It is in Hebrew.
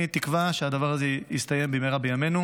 אני תקווה שהדבר הזה יסתיים במהרה בימינו,